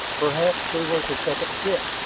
perhaps there was a second ship